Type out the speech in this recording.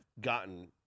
gotten